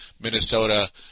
Minnesota